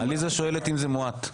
עליזה שואלת אם זה מועט.